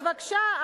אז בבקשה,